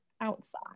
outside